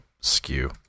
skew